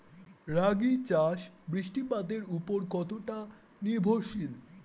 রাগী চাষ বৃষ্টিপাতের ওপর কতটা নির্ভরশীল?